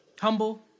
Humble